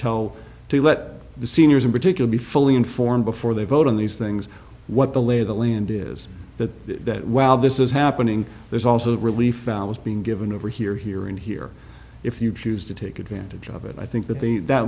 tell to what seniors in particular be fully informed before they vote on these things what the lay of the land is that while this is happening there's also relief was being given over here here and here if you choose to take advantage of it i think that the that